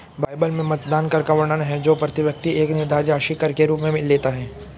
Bible में मतदान कर का वर्णन है जो प्रति व्यक्ति एक निर्धारित राशि कर के रूप में लेता है